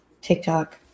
TikTok